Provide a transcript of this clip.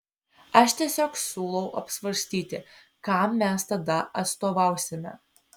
aš tiesiog siūlau apsvarstyti kam mes tada atstovausime